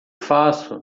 faço